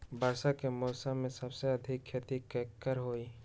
वर्षा के मौसम में सबसे अधिक खेती केकर होई?